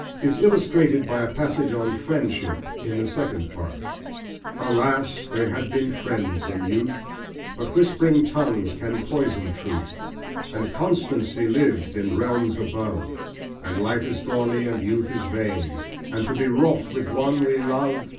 is illustrated by a passage on friendship in the second part alas! they had been friends in youth but whispering tongues can poison truth and constancy lives in realms above and life is thorny and youth is vain and to be wroth with one we love,